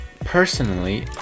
personally